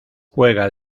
juega